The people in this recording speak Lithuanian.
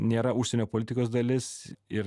nėra užsienio politikos dalis ir